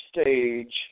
stage